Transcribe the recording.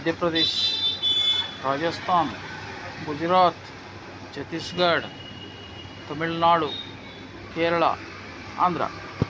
Madhya Pradesh Rajasthan Gujarat Chhattisgarh Tamil Nadu Kerala Andhra